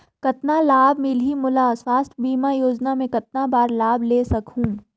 कतना लाभ मिलही मोला? स्वास्थ बीमा योजना मे कतना बार लाभ ले सकहूँ?